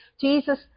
Jesus